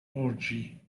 orgy